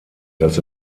das